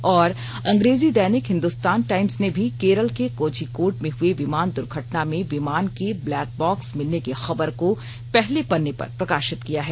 और अंग्रेजी दैनिक हिंदुस्तान टाइम्स ने भी केरल के कोझिकोड में हुए विमान दुर्घटना में विमान के ब्लैक बॉक्स मिलने की खबर को पहले पन्ने पर प्रकाशित किया है